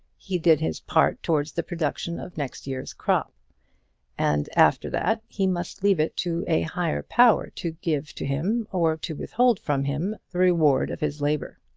he did his part towards the production of next year's crop and after that he must leave it to a higher power to give to him, or to withhold from him, the reward of his labour.